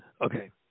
Okay